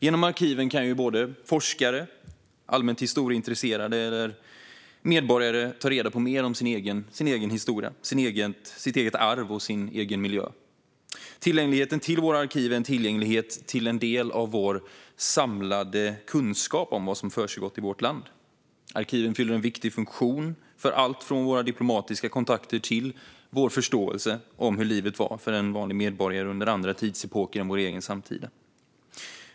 Genom arkiven kan både forskare och allmänt historieintresserade medborgare ta reda på mer om sin egen historia, sitt eget arv och sin egen miljö. Tillgängligheten till våra arkiv är en tillgänglighet till en del av vår samlade kunskap om vad som försiggått i vårt land. Arkiven fyller en viktig funktion för allt från våra diplomatiska kontakter till vår förståelse av hur livet var för en vanlig medborgare under andra tidsepoker än vår egen samtida.